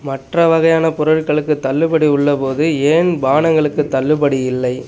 மற்ற வகையான பொருட்களுக்குத் தள்ளுபடி உள்ளபோது ஏன் பானங்களுக்குத் தள்ளுபடி இல்லை